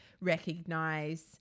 recognize